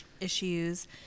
issues